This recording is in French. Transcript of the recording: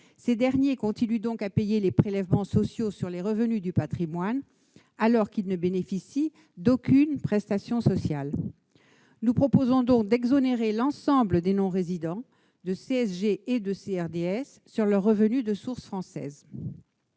les autres, qui continuent à payer les prélèvements sociaux sur les revenus du patrimoine alors qu'ils ne bénéficient d'aucune prestation sociale. Nous proposons donc d'exonérer l'ensemble des non-résidents de CSG et de CRDS sur leurs revenus de source française.